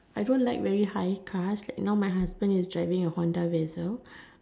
I don't like very high cars like now my husband is driving a Honda-Vezel